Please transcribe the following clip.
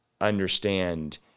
understand